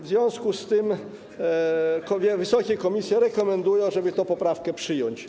W związku z tym wysokie komisje rekomendują, żeby tę poprawkę przyjąć.